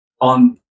on